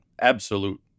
absolute